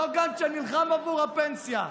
אותו גנץ שנלחם עבור הפנסיה,